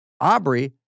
Aubrey